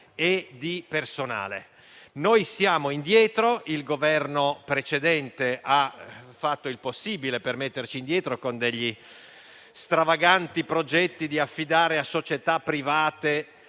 e di personale. Noi siamo indietro. Il Governo precedente ha fatto il possibile per farci rimanere indietro con degli stravaganti progetti di affidare la gestione